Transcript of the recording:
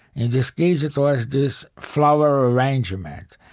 in this case, it was this flower arrangement.